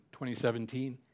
2017